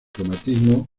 cromatismo